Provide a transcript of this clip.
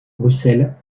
bruxelles